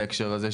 בהקשר הזה,